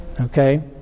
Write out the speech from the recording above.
Okay